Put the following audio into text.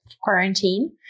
quarantine